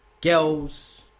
girls